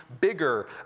bigger